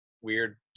weird